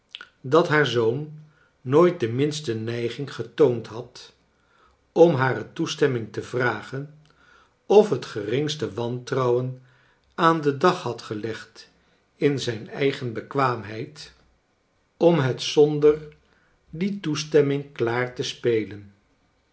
dat haar zoon nooit de minste neiging getoond had om hare toestemming te vragen of het geringste wantronwen aan den dag had gelegd in zijn eigen bekwaamheid om het zonder die toestemming klaar te spelen